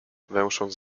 węsząc